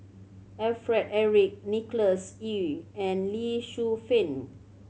Alfred Eric Nicholas Ee and Lee Shu Fen